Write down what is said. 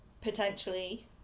potentially